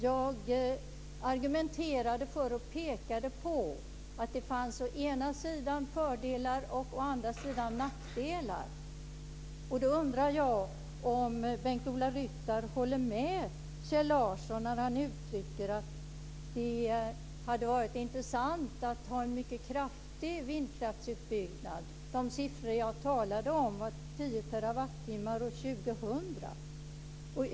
Jag pekade på att det å ena sidan fanns fördelar, å andra sidan nackdelar. Jag undrar om Bengt-Ola Ryttar håller med Kjell Larsson när denne uttalar att det hade varit intressant att få en mycket kraftig vindkraftsutbyggnad. De siffror som jag nämnde var 10 terawattimmar år 2000.